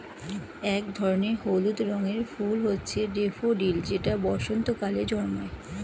এক ধরনের হলুদ রঙের ফুল হচ্ছে ড্যাফোডিল যেটা বসন্তকালে জন্মায়